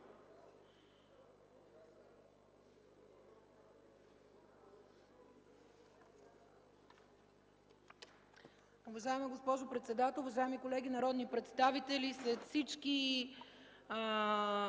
Уважаема госпожо председател, уважаеми колеги народни представители! След всички